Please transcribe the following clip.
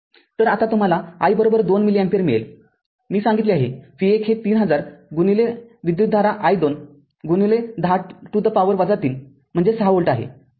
तरआता तुम्हाला i२ मिली एम्पीअर मिळेल मी सांगितले आहे v१ हे ३०००विद्युतधारा i २१० to the power ३ म्हणजे ६ व्होल्ट आहे